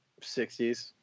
60s